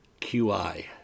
QI